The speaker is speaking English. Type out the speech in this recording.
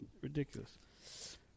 Ridiculous